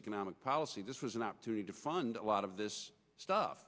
economic policy this was an opportunity to fund a lot of this stuff